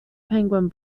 penguin